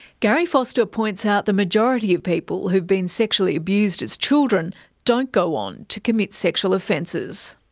gary foster points out the majority of people who've been sexually abused as children don't go on to commit sexual offences.